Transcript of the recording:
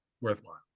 worthwhile